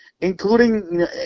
including